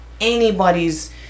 anybody's